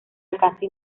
alcance